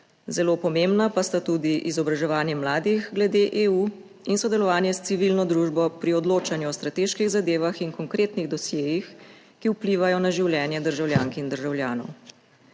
zelo pomembna pa sta tudi izobraževanje mladih glede EU in sodelovanje s civilno družbo pri odločanju o strateških zadevah in konkretnih dosjejih, ki vplivajo na življenje državljank in državljanov.